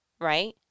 right